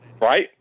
right